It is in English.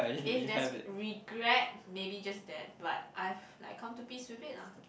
if there's regret maybe just that but I've like come to peace with it lah